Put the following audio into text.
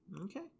okay